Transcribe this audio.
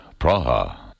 Praha